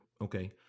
Okay